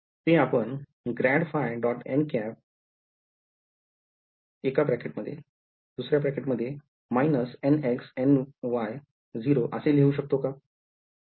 ते आपण ∇ϕ · nˆ− ny nx 0 असे लिहू शकतो का